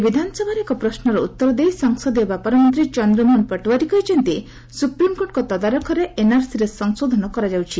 ରାଜ୍ୟ ବିଧାନସଭାରେ ଏକ ପ୍ରଶ୍ନର ଉତ୍ତର ଦେଇ ସଂସଦୀୟ ବ୍ୟାପାର ମନ୍ତ୍ରୀ ଚନ୍ଦ୍ରମୋହନ ପଟୋୱାରୀ କହିଛନ୍ତି ସୁପ୍ରିମ୍କୋର୍ଟ ତଦାରଖରେ ଏନ୍ଆର୍ସିରେ ସଂଶୋଧନ କରାଯାଉଛି